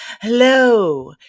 Hello